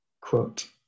quote